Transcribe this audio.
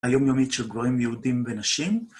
היום יומית של גברים יהודים ונשים.